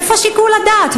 איפה שיקול הדעת?